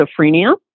schizophrenia